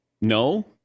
No